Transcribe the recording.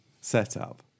setup